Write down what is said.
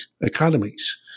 economies